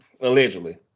allegedly